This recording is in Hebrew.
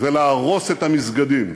ולהרוס את המסגדים".